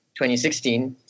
2016